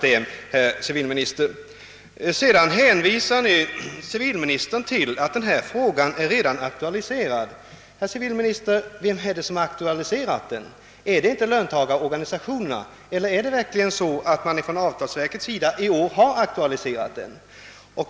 Civilministern hänvisar till att frågan redan är aktualiserad. Vem har aktualiserat den? är det inte löntagarorganisationerna? Eller har: verkligen avtalsverket i år aktualiserat den?